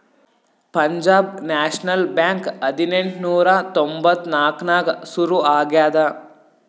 Punjab national bank ಹದಿನೆಂಟ್ ನೂರಾ ತೊಂಬತ್ತ್ ನಾಕ್ನಾಗ್ ಸುರು ಆಗ್ಯಾದ